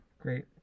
great